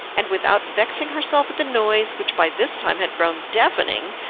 and without vexing herself at the noise which by this time had grown deafening,